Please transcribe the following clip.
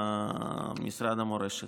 במשרד המורשת.